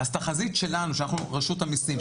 תחזית שלנו שאנחנו רשות המיסים,